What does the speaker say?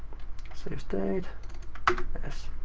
save state s.